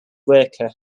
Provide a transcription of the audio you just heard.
worker